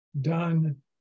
done